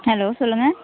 hello சொல்லுங்கள்